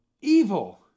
evil